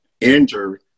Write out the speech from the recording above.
injured